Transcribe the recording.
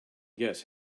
guess